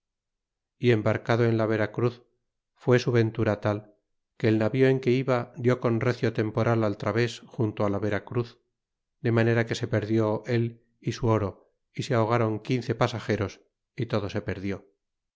y embarcado en la vera cruz fue su ventura tal que el navío en que iba dió con recio temporal al traves junto á la vera cruz de manera que se perdió él y su oro y se ahogaron quince pasajeros y todo se perdió